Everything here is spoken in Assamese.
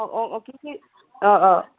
অঁ অঁ অঁ কি অঁ অঁ